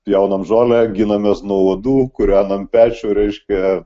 pjaunam žolę ginamės nuo uodų kuriam ant pečių reiškia